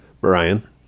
brian